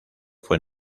fue